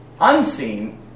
unseen